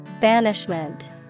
Banishment